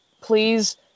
please